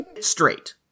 straight